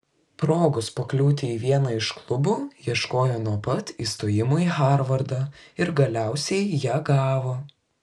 progos pakliūti į vieną iš klubų ieškojo nuo pat įstojimo į harvardą ir galiausiai ją gavo